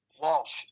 Walsh